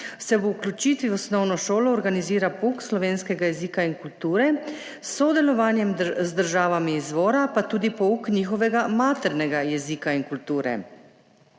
se ob vključitvi v osnovno šolo organizira pouk slovenskega jezika in kulture, s sodelovanjem z državami izvora pa tudi pouk njihovega maternega jezika in kulture.«